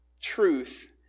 truth